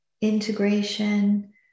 integration